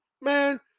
man